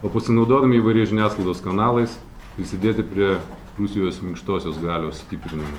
o pasinaudodami įvairiais žiniasklaidos kanalais prisidėti prie rusijos minkštosios galios stiprinimo